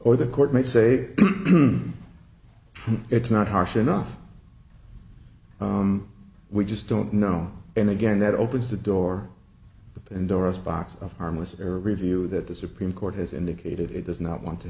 or the court might say it's not harsh enough we just don't know and again that opens the door the pandora's box of harmless error review that the supreme court has indicated it does not want to